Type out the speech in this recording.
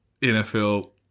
NFL